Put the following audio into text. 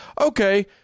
Okay